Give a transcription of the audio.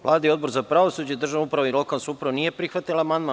Vlada i Odbor za pravosuđe, državnu upravu i lokalnu samoupravu nisu prihvatili amandman.